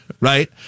right